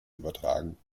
übertragen